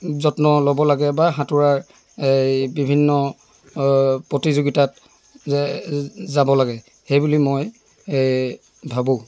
যত্ন ল'ব লাগে বা সাঁতোৰাৰ এই বিভিন্ন প্ৰতিযোগিতাত যে যাব লাগে সেইবুলি মই ভাবোঁ